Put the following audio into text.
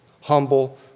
humble